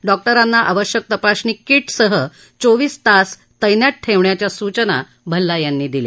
डॉक्टरांना आवश्यक तपासणी किटसह चोविस तास तैनात ठेवण्याच्या सूचना भल्ला यांनी दिल्या